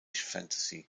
fantasy